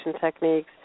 techniques